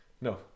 No